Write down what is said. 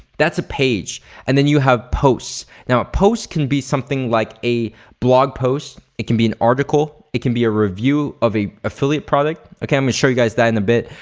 that's a page and then you have post. now a post can be something like a blog post, it can be an article, it can be a review of a affiliate product, okay? i'm gonna show you guys that in a bit,